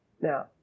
Now